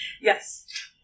Yes